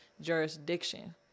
jurisdiction